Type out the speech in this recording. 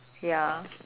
ya